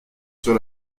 sur